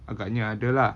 agaknya ada lah